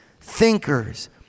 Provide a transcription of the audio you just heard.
thinkers